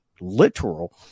literal